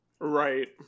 Right